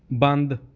ਬੰਦ